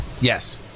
Yes